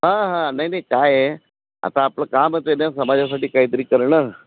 हां हां नाही नाही काय आहे आता आपलं कामच आहे ना समाजासाठी काहीतरी करणं